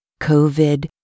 COVID